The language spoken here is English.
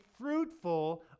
fruitful